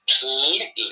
completely